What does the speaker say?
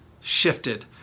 shifted